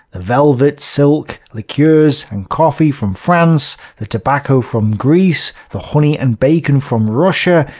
the velvet, silk, liqueurs, and coffee from france, the tobacco from greece, the honey and bacon from russia,